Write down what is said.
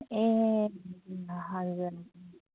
ए हजुर